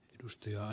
edustaja